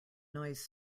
noise